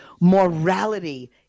Morality